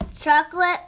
Chocolate